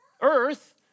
earth